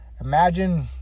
imagine